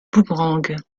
boomerang